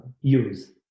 use